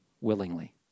willingly